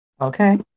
Okay